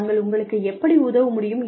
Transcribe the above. நாங்கள் உங்களுக்கு எப்படி உதவ முடியும்